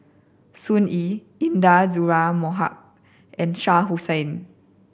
Sun Yee Intan Azura Mokhtar and Shah Hussain